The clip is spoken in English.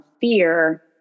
fear